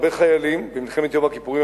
הרבה חיילים במלחמת יום הכיפורים,